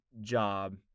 job